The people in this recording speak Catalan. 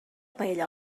paella